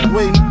Wait